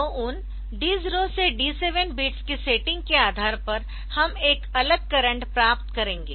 तो उन D 0 से D 7 बिट्स की सेटिंग के आधार पर हम एक अलग करंट प्राप्त करेंगे